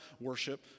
worship